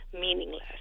meaningless